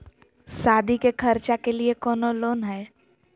सादी के खर्चा के लिए कौनो लोन है?